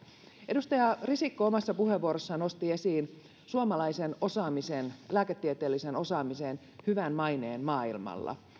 edustaja risikko omassa puheenvuorossaan nosti esiin suomalaisen osaamisen lääketieteellisen osaamisen hyvän maineen maailmalla